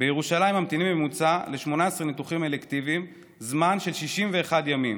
בירושלים ממתינים בממוצע ל-18 ניתוחים אלקטיביים זמן של 61 ימים,